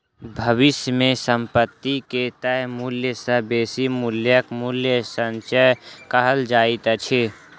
भविष्य मे संपत्ति के तय मूल्य सॅ बेसी मूल्यक मूल्य संचय कहल जाइत अछि